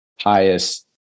highest